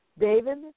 David